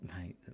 Mate